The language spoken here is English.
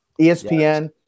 ESPN